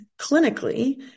clinically